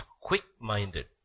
quick-minded